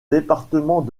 département